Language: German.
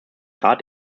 rat